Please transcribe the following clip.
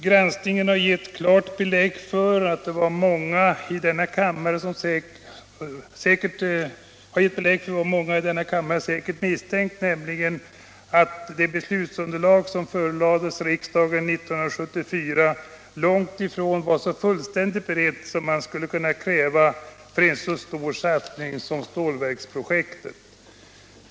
Granskningen har gett klart belägg för vad många i denna kammare säkert misstänkt, nämligen att det beslutsunderlag som förelades riksdagen 1974 långt ifrån var så fullständigt berett som man kunnat kräva för en så stor satsning som detta stålverksprojekt.